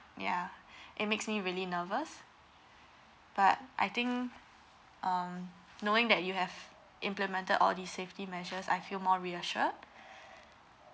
ya it makes me really nervous but I think um knowing that you have implemented all the safety measures I feel more reassured